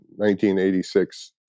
1986